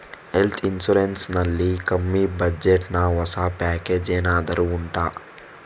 health insurance ನಲ್ಲಿ ಕಮ್ಮಿ budget ನ ಹೊಸ ಪ್ಯಾಕೇಜ್ ಏನಾದರೂ ಉಂಟಾ